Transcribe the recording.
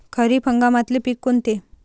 खरीप हंगामातले पिकं कोनते?